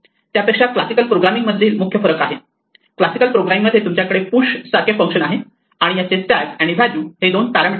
त्यापेक्षा classical programming मधील मुख्य फरक आहे क्लासिकल प्रोग्रामिंग मध्ये तुमच्याकडे पुश सारखे फंक्शन आहे आणि याचे स्टॅक आणि व्हॅल्यू हे 2 पॅरामिटर आहेत